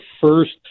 first